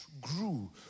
grew